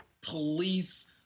police